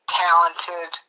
talented